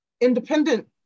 independent